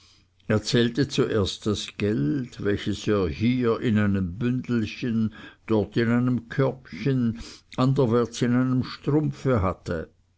zählte zuerst das geld welches er hier in einem bündelchen dort in einem körbchen anderwärts in einem strumpfe hatte